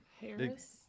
Harris